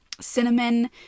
cinnamon